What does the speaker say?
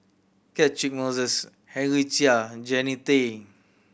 Catchick Moses Henry Chia and Jannie Tay